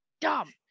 Dumb